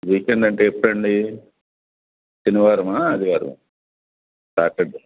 weekend అంటే ఎప్పుడండీ శనివారమా ఆదివారమా సాటర్డే